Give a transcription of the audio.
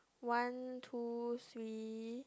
one two three